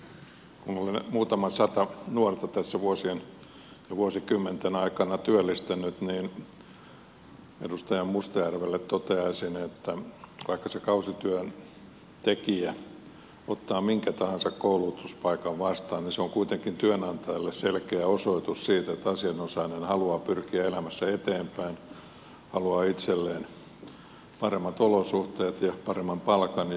kun olen muutama sata nuorta tässä vuosien ja vuosikymmenten aikana työllistänyt niin edustaja mustajärvelle toteaisin että vaikka se kausityöntekijä ottaa minkä tahansa koulutuspaikan vastaan niin se on kuitenkin työnantajalle selkeä osoitus siitä että asianosainen haluaa pyrkiä elämässä eteenpäin haluaa itselleen paremmat olosuhteet ja paremman palkan ja niin edelleen